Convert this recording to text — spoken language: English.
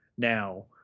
Now